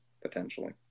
Potentially